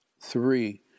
Three